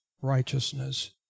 righteousness